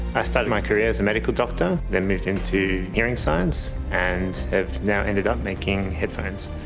i started my career as a medical doctor, then moved into hearing science, and have now ended up making headphones.